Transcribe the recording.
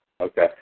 Okay